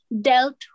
dealt